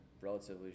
relatively